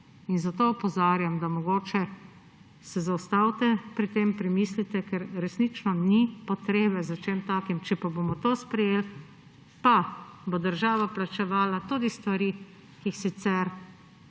Zato opozarjam, da mogoče se zaustavite, pri tem premislite, ker resnično ni potrebe za čem takim. Če pa bomo to sprejeli, pa bo država plačevala tudi stvari, ki jih sicer